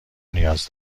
نیاز